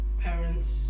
parents